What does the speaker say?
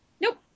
Nope